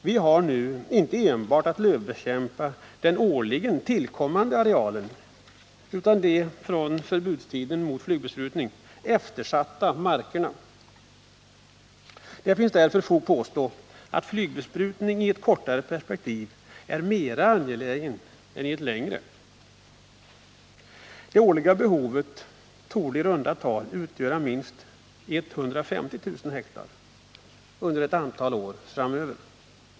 Vi har nu att lövslybekämpa inte enbart den årligen tillkommande arealen utan också de från tiden för förbud mot slybesprutning eftersatta markerna. Det finns därför fog för att påstå att flygbesprutning i ett kort perspektiv är mera angelägen än i ett längre. Det årliga behovet torde i runt tal utgöra minst 150 000 hektar skogsmark under ett antal år framöver.